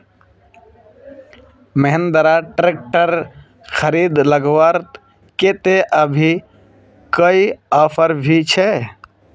Mahindra tractor खरीद लगवार केते अभी कोई ऑफर भी छे?